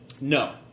No